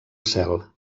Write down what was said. cel